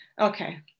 Okay